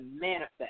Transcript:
manifest